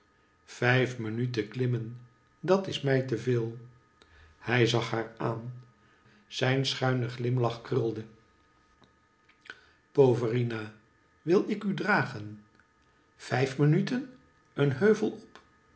vijf minuten klimmen dat is mij te veel hij zag haar aan zijn schuine glimiach krulde poverina wil ik u dragen vijf minuten een heuvel op